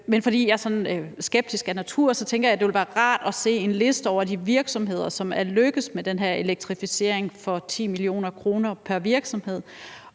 men fordi jeg er sådan skeptisk af natur, tænker jeg, at det ville være rart at se en liste over de virksomheder, som er lykkedes med den her elektrificering for 10 mio. kr. pr. virksomhed.